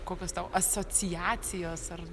kokios tau asociacijos ar